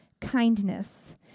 kindness